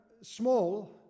small